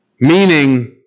meaning